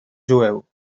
jueu